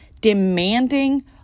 demanding